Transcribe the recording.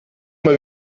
mal